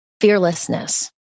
fearlessness